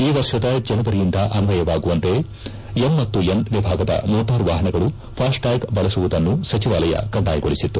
ಈ ವರ್ಷದ ಜನವರಿಯಿಂದ ಅನ್ವಯವಾಗುವಂತೆ ಎಂ ಮತ್ತು ಎನ್ ವಿಭಾಗದ ಮೋಟಾರು ವಾಹನಗಳು ಫಾಸ್ಟ್ ಟ್ಲಾಗ್ ಬಳಸುವುದನ್ನು ಸಚಿವಾಲಯ ಕಡ್ಡಾಯಗೊಳಿಸಿತ್ತು